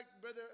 Brother